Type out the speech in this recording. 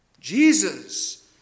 Jesus